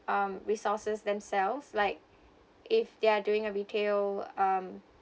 um resources themselves like if they're doing a retail um